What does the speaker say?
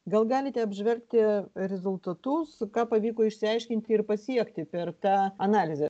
gal galite apžvelgti rezultatus ką pavyko išsiaiškinti ir pasiekti per tą analizę